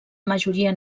majoria